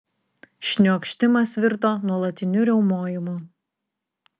šniokštimas virto nuolatiniu riaumojimu